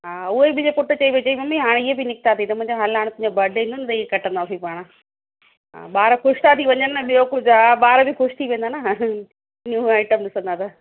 हा उहेई मुंहिंजे पुट चयई मम्मी हाणे इअ बि निकता अथई मूं चयो हल तुंहिंजो बर्डे ईंदो त पाण ही कटंदासीं पाण हा ॿार ख़ुशि था थी वञनि ॿिया कुझु हा ॿार बि ख़ुशि थी वेंदा न न्यूं आइटम ॾिसंदा त